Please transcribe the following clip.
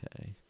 Okay